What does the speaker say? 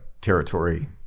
territory